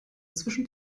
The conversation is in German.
zwischen